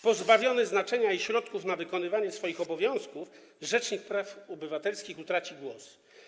Pozbawiony znaczenia i środków na wykonywanie swoich obowiązków rzecznik praw obywatelskich utraci głos.